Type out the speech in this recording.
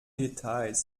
details